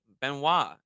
Benoit